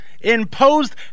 imposed